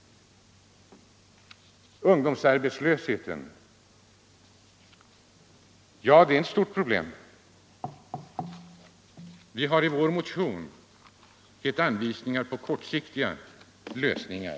Ungdomsarbetslösheten är ett stort problem. Vi har i vår motion gett anvisningar på även kortsiktiga lösningar.